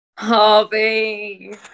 Harvey